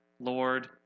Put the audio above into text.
Lord